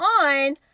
on